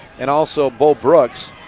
and also bo brooks.